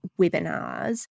webinars